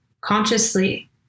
consciously